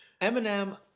Eminem